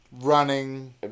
running